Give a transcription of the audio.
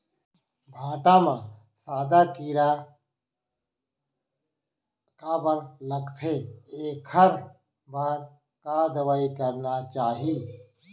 भांटा म सादा कीरा काबर लगथे एखर बर का दवई करना चाही?